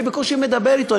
אני בקושי מדבר אתו.